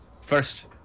first